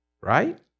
right